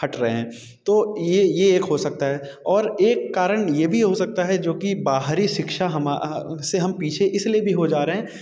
तो ये ये एक हो सकता है और एक कारण ये भी हो सकता है जो कि बाहरी शिक्षा से हम इसलिए भी पीछे हो जा रहे हैं